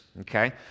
okay